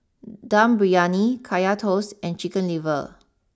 Dum Briyani Kaya Toast and Chicken liver